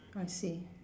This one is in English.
I see